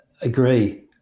Agree